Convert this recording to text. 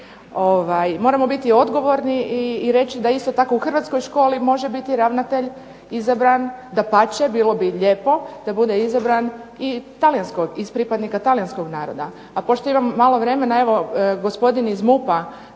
Moramo biti odgovorni i reći da isto tako u hrvatskoj školi može biti ravnatelj izabran, dapače bilo bi lijepo da bude izabran i iz pripadnika talijanskog naroda. A pošto imam malo vremena, evo gospodin iz MUP-a,